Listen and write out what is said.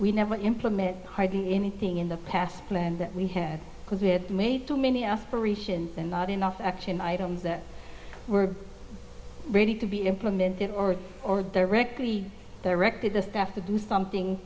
we never implement hardly anything in the past plan that we had because we had made too many aspirations and not enough action items that were ready to be implemented or or directly directed the staff to do something